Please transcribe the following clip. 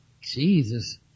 Jesus